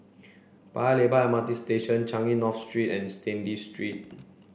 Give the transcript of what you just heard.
Paya Lebar M R T Station Changi North Street and Stanley Street